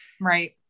Right